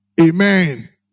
amen